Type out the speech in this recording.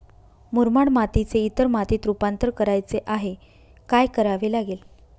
मुरमाड मातीचे इतर मातीत रुपांतर करायचे आहे, काय करावे लागेल?